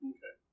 Okay